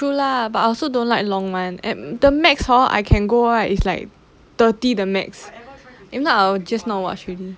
true lah but I also don't like long one at the max hor I can go right is like thirty the max if not I will just now watch